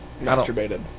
Masturbated